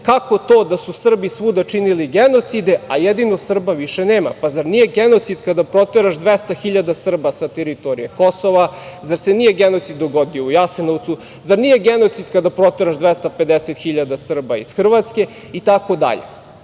kako to da su Srbi svuda činili genocide, a jedino Srba više nema? Zar nije genocid kada proteraš 200.000 Srba sa teritorije Kosova? Zar se nije genocid dogodio u Jasenovcu? Zar nije genocid kada proteraš 250.000 Srba iz Hrvatske? Dakle,